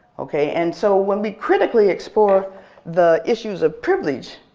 okay, and so when we critically explore the issues of privilege,